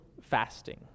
fasting